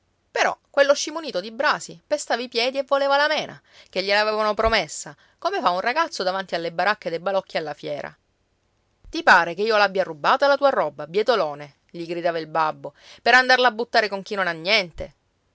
però quello scimunito di brasi pestava i piedi e voleva la mena che gliel'avevano promessa come fa un ragazzo davanti alle baracche dei balocchi alla fiera ti pare che io l'abbia rubata la tua roba bietolone gli gridava il babbo per andarla a buttare con chi non ha niente